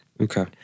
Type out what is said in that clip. Okay